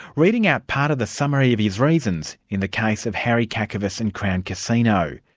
reading out part of the summary of his reasons in the case of harry kakavas and crown casino.